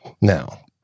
Now